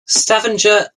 stavanger